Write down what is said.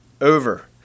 over